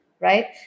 Right